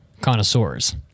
connoisseurs